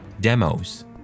DEMOS